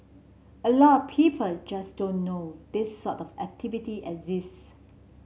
a lot people just don't know this sort of activity exists